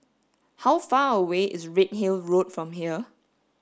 how far away is Redhill Road from here